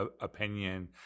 opinion